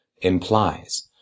implies